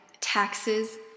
taxes